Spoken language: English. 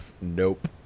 nope